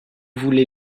voulez